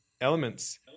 elements